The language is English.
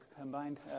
combined